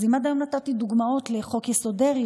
אז אם עד היום נתתי דוגמות לחוק-יסוד: דרעי,